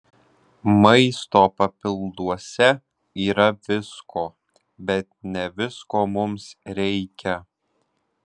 maisto papilduose yra visko bet ne visko mums reikia